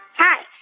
hi.